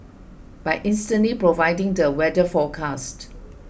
by instantly providing the weather forecast